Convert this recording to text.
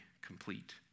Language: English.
complete